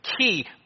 Key